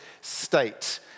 state